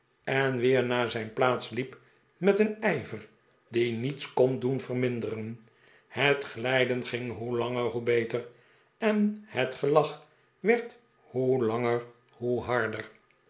en weer naar zijn plaats liep met een ijver dien niets kon doen verminderen het glijden ging hoe langer hoe beter en het gelach werd hoe langer hoe harder